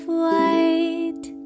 white